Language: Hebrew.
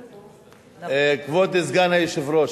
כבוד סגן היושב-ראש,